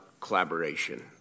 collaboration